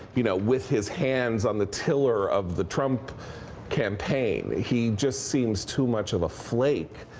you know, with his hands on the tiller of the trump campaign. he just seems too much of a flake.